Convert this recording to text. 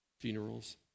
funerals